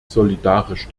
solidarisch